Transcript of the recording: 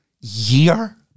Year